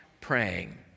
praying